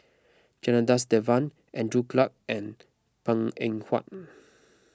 Janadas Devan Andrew Clarke and Png Eng Huat